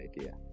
idea